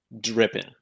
dripping